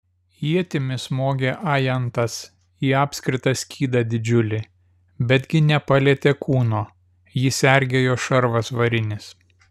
ietimi smogė ajantas į apskritą skydą didžiulį betgi nepalietė kūno jį sergėjo šarvas varinis